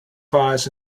files